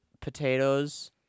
potatoes